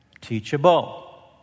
teachable